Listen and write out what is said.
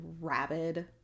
rabid